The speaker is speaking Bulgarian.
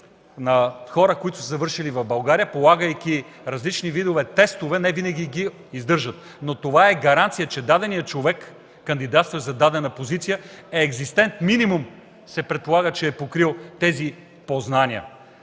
на хора, които са завършили в България, полагайки различни видове тестове не винаги ги издържат, но това е гаранция, че даденият човек – кандидатстващ за дадена позиция, е екзистенц-минимум и се предполага, че е покрил тези познания.